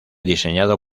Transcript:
diseñado